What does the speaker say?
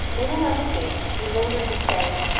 leaning on the gate, he lingered to say,